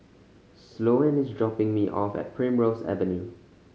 Sloane is dropping me off at Primrose Avenue